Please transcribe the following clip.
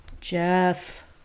Jeff